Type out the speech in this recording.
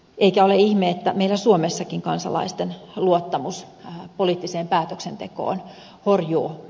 ei ole ihme että meillä suomessakin kansalaisten luottamus poliittiseen päätöksentekoon horjuu